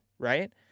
Right